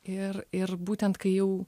ir ir būtent kai jau